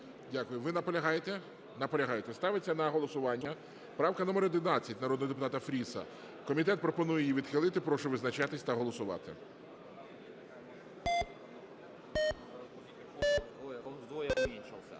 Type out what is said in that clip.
Дякую. Ви наполягаєте? Наполягаєте. Ставиться на голосування правка номер 11 народного депутата Фріса. Комітет пропонує її відхилити. Прошу визначатись та голосувати.